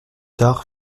tard